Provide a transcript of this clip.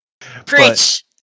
Preach